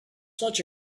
such